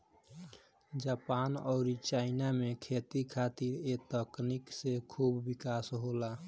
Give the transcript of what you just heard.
Japan अउरी China में खेती खातिर ए तकनीक से खूब विकास होला